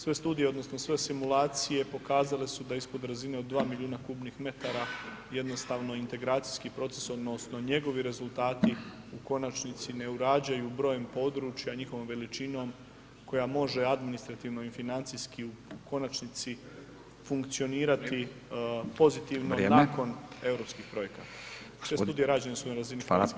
Sve studije odnosno sve simulacije pokazale su da ispod razine od 2 milijuna m3 jednostavno integracijski proces odnosno njegovi rezultati u konačnici ne urađaju brojem područja i njihovom veličinom koja može administrativno i financijski u konačnici funkcionirati pozitivno nakon europskih projekata, sve studije rađene su na razini Hrvatskih voda.